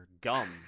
Gum